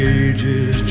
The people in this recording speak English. ages